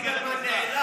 נגמרה מסגרת הזמן,